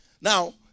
Now